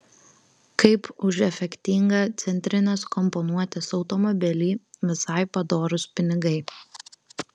kaip už efektingą centrinės komponuotės automobilį visai padorūs pinigai